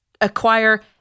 Acquire